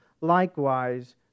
likewise